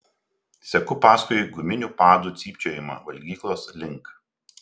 seku paskui guminių padų cypčiojimą valgyklos link